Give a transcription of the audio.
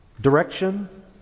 direction